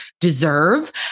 deserve